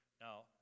Now